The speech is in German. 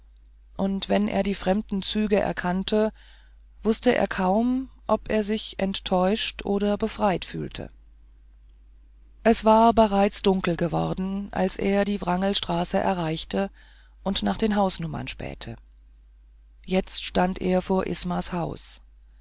und wenn er die fremden züge erkannte wußte er kaum ob er sich enttäuscht oder befreit fühlte es war bereits dunkel geworden als er die wrangelstraße erreichte und nach den hausnummern spähte jetzt stand er vor ismas haus